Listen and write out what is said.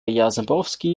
jarzembowski